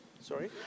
Sorry